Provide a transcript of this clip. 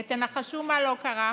ותנחשו מה לא קרה?